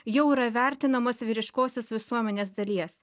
jau yra vertinamos vyriškosios visuomenės dalies